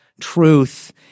truth